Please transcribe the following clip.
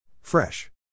Fresh